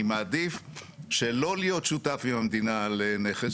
אני מעדיף שלא להיות שותף עם המדינה על נכס,